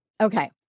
Okay